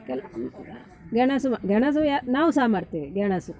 ಕೆಲ ಗೆಣಸು ಮಾ ಗೆಣಸು ಯಾರು ನಾವೂ ಸಹ ಮಾಡ್ತೇವೆ ಗೆಣಸು